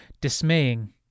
dismaying